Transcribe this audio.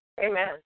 Amen